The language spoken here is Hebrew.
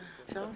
אפשר?